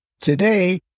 Today